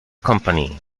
company